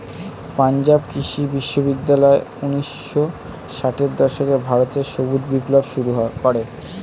পাঞ্জাব কৃষি বিশ্ববিদ্যালয় ঊন্নিশো ষাটের দশকে ভারতে সবুজ বিপ্লব শুরু করে